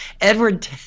Edward